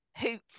hoot